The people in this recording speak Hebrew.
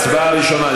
הצבעה ראשונה.